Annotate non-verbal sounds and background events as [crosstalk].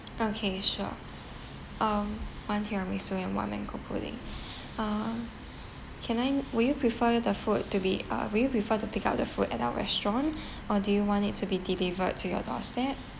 okay sure um one tiramisu and one mango pudding [breath] uh can I will you prefer the food to be uh will you prefer to pick up the food at our restaurant [breath] or do you want it to be delivered to your doorstep